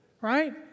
right